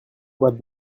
quoi